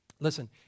Listen